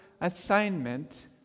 assignment